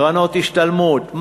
קרנות השתלמות,